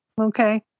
Okay